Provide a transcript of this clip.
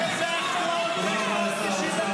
תודה רבה.